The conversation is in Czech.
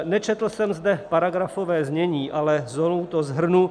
Nečetl jsem zde paragrafové znění, ale znovu to shrnu.